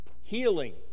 Healing